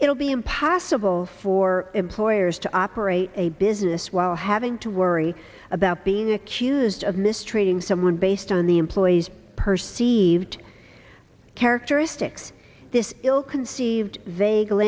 will be impossible for employers to operate a business while having to worry about being accused of mistreating someone based on the employee's perceived characteristics this ill conceived vague